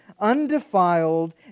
undefiled